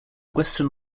western